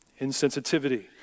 insensitivity